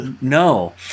No